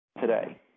today